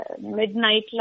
midnight